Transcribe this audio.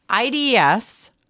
IDS